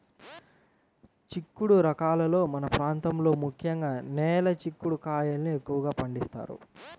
చిక్కుడు రకాలలో మన ప్రాంతంలో ముఖ్యంగా నేల చిక్కుడు కాయల్ని ఎక్కువగా పండిస్తారు